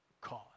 cause